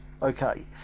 Okay